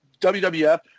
wwf